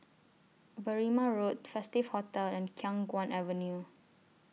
Berrima Road Festive Hotel and Khiang Guan Avenue